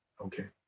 okay